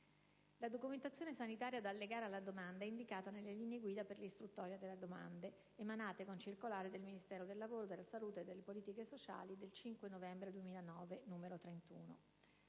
La documentazione sanitaria da allegare alla domanda è indicata nelle linee guida per l'istruttoria delle domande, emanate con circolare del Ministero del lavoro, della salute e delle politiche sociali del 5 novembre 2009, n. 31.